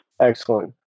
Excellent